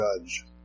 judge